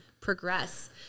progress